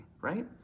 right